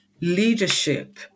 leadership